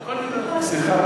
בגללכם,